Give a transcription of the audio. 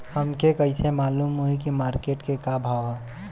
हमके कइसे मालूम होई की मार्केट के का भाव ह?